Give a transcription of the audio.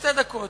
שתי דקות.